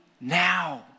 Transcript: now